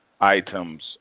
items